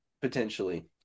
potentially